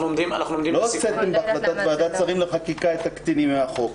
לא הוצאתם בהחלטת ועדת השרים לחקיקה את הקטינים מן החוק.